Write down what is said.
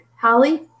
Holly